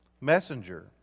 Messenger